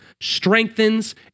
strengthens